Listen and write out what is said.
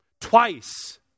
twice